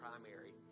primary